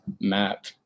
map